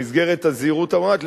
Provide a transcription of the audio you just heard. במסגרת הזהירות המונעת,